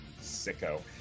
sicko